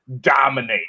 dominate